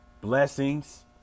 Blessings